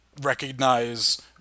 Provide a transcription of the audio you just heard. recognize